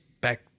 back